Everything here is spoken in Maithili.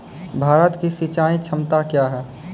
भारत की सिंचाई क्षमता क्या हैं?